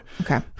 okay